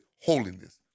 holiness